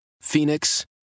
Phoenix